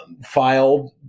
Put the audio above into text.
filed